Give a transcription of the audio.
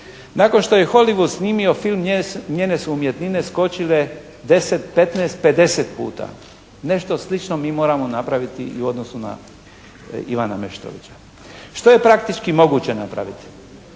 Nakon što je Holivud snimio film njene su umjetnine skočile, 10, 15, 50 puta. Nešto slično mi moramo napraviti i u odnosu na Ivana Meštrovića. Što je praktički moguće napraviti?